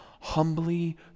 humbly